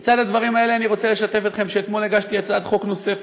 לצד הדברים האלה אני רוצה לשתף אתכם שאתמול הגשתי הצעת חוק נוספת.